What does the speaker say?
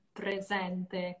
presente